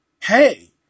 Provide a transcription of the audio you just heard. hey